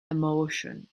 emotion